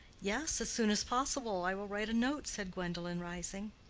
yes, as soon as possible. i will write a note, said gwendolen, rising.